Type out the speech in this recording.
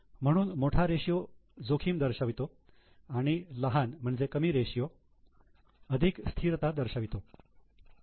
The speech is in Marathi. म्हणून मोठा रेशियो जोखीम दर्शवितो आणि लहान कमी रेशियो अधिक स्थिरता दर्शवितो